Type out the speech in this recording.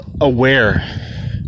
aware